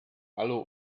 aller